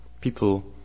People